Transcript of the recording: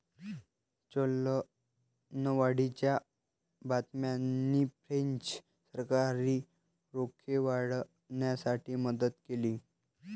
चलनवाढीच्या बातम्यांनी फ्रेंच सरकारी रोखे वाढवण्यास मदत केली